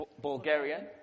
Bulgarian